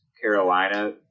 Carolina